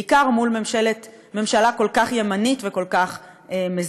בעיקר מול ממשלה כל כך ימנית וכל כך מזיקה.